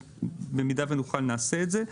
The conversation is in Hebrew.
במידה ונוכל נעשה את זה.